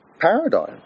paradigm